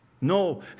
No